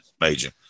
major